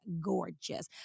gorgeous